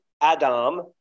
Adam